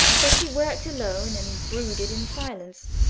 so she worked alone and brooded in silence,